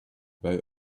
about